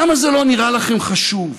למה זה לא נראה לכם חשוב?